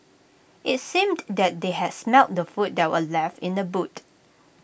IT seemed that they had smelt the food that were left in the boot